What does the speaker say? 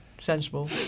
sensible